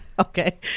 Okay